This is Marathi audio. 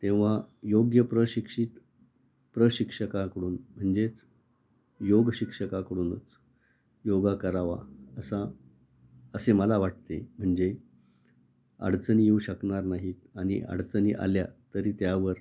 तेव्हा योग्य प्रशिक्षित प्रशिक्षकाकडून म्हणजेच योगशिक्षकाकडूनच योग करावा असा असे मला वाटते म्हणजे अडचणी येऊ शकणार नाहीत आणि अडचणी आल्या तरी त्यावर